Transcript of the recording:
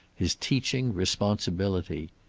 his teaching responsibility.